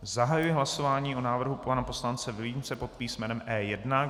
Zahajuji hlasování o návrhu pana poslance Vilímce pod písmenem E1.